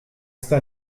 sta